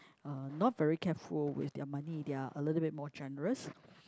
uh not very careful with their money they are a little bit more generous